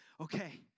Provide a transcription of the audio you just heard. okay